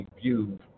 view